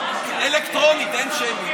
אלקטרונית, אין שמית.